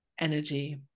energy